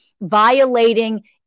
violating